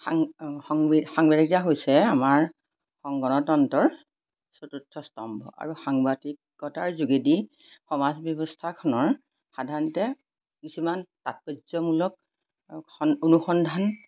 সাং সং সাংবাদিকা হৈছে আমাৰ সং গণতন্ত্ৰৰ চতুৰ্থ স্তম্ভ আৰু সাংবাদিকতাৰ যোগেদি সমাজ ব্যৱস্থাখনৰ সাধাৰণতে কিছুমান তাৎপৰ্য্য়মূলক স অনুসন্ধান